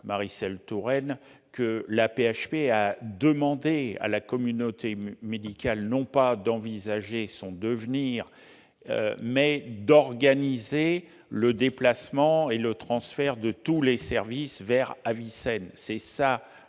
l'AP-HP a demandé à la communauté médicale non pas d'envisager son devenir, mais d'organiser le déplacement et le transfert de tous les services vers Avicenne.